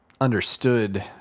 understood